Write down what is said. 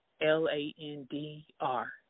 L-A-N-D-R